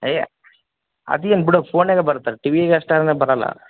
ಏ ಅದು ಏನು ಬಿಡು ಫೋನ್ನ್ನಾಗ ಬರತ್ತಲ್ಲ ಟಿ ವಿಗೆ ಅಷ್ಟೇನು ಬರಲ್ಲ